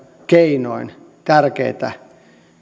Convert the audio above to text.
keinoin tärkeitä